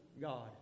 God